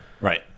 Right